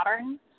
modern